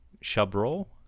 Chabrol